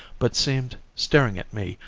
but seemed, staring at me,